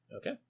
Okay